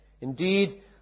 Indeed